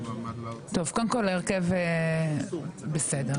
קודם כול, ההרכב בסדר.